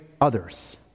others